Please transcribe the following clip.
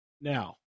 Now